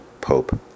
Pope